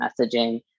messaging